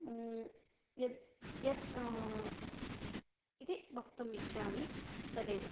यत् यत् इति वक्तुम् इच्छामि तदेव